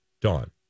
Dawn